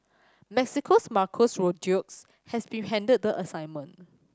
Mexico's Marco Rodriguez has been handed the assignment